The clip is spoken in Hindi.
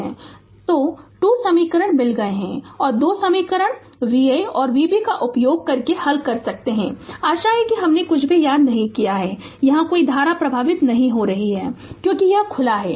तो 2 समीकरण मिल गए और 2 समीकरण Va और Vb का उपयोग करके हल कर सकते हैं आशा है कि हमने कुछ भी याद नहीं किया है और यहाँ कोई धारा प्रवाहित नहीं हो रही है क्योंकि यह खुला है